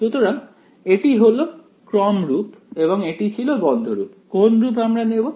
সুতরাং এটি হলো ক্রম রূপ এবং ওটি ছিল বন্ধ রূপ কোন রূপ আমরা নেব